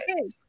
okay